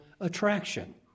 attraction